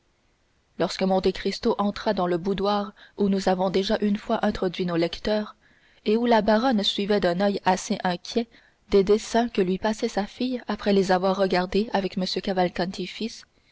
lorsque monte cristo entra dans le boudoir où nous avons déjà une fois introduit nos lecteurs et où la baronne suivait d'un oeil assez inquiet des dessins que lui passait sa fille après les avoir regardés avec m cavalcanti